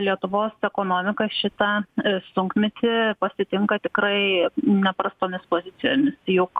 lietuvos ekonomika šitą sunkmetį pasitinka tikrai neprastomis pozicijomis juk